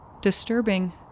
disturbing